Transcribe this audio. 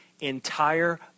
Entire